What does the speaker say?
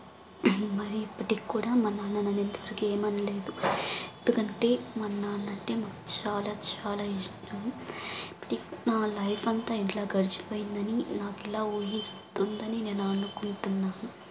and మరి ఇప్పటికి కూడా మా నాన్న నన్ను ఇంతవరకు ఏం అనలేదు ఎందుకంటే మా నాన్న అంటే మాకు చాలా చాలా ఇష్టం నా లైఫ్ అంత ఇంట్లో గడిచిపోయిందని నాకిలా ఊహిస్తుందని నేను అనుకుంటున్నాను